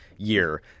year